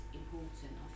important